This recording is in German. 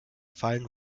fallen